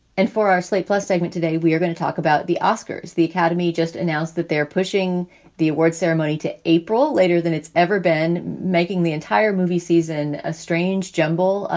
and for our slate plus segment today, we're going to talk about the oscars. the academy just announced that they're pushing the awards ceremony to april later than it's ever been making the entire movie season. a strange jumble.